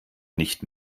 nicht